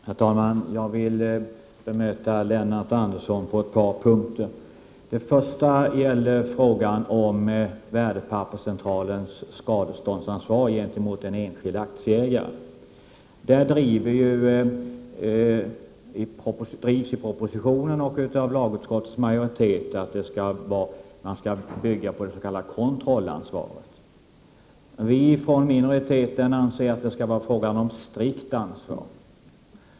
Herr talman! Jag vill bemöta Lennart Andersson på ett par punkter. En av dem gäller frågan om Värdepapperscentralens skadeståndsansvar gentemot en enskild aktieägare. Enligt propositionen och lagutskottets majoritet skall man bygga på det s.k. kontrollansvaret. Vi i minoriteten anser att det skall vara fråga om strikt ansvar.